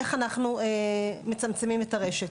איך אנחנו מצמצמים את הרשת